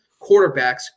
quarterbacks